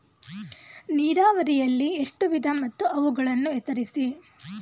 ನೀರಾವರಿಯಲ್ಲಿ ಎಷ್ಟು ವಿಧ ಮತ್ತು ಅವುಗಳನ್ನು ಹೆಸರಿಸಿ?